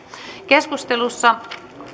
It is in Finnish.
keskustelussa